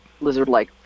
lizard-like